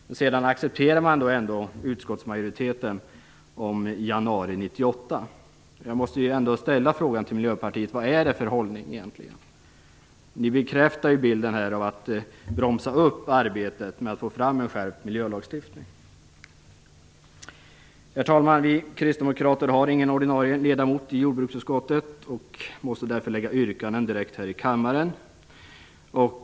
Men sedan accepterar man ändå utskottsmajoritetens förslag om ny miljöbalk januari 1998. Jag måste ställa frågan till Miljöpartiet: Vad är det för hållning egentligen? Ni bekräftar bilden av att ni bromsar upp arbetet med en skärpt miljölagstiftning. Herr talman! Vi kristdemokrater har ingen ordinarie ledamot i jordbruksutskottet och måste därför framlägga våra yrkanden direkt här i kammaren. Herr talman!